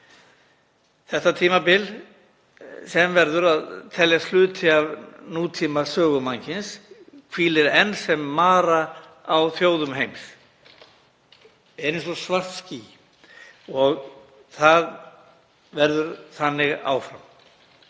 Þetta tímabil, sem verður að teljast hluti af nútímasögu mannkyns, hvílir enn sem mara á þjóðum heims, eins og svart ský, og það verður þannig áfram.